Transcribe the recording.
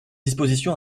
disposition